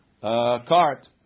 cart